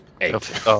Eight